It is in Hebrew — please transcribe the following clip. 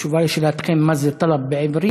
בתשובה על שאלתכם מה זה טלב בעברית,